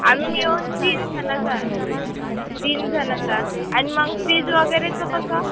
आम्ही मिळून तीन जणच आहे तीन जणचा आणि मग फीज वगैरेचं कसं